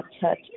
touch